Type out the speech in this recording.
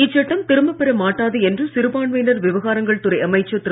இச்சட்டம் திரும்ப பெற மாட்டாது என்று சிறுபான்மையினர் விவகாரங்கள் துறை அமைச்சர் திரு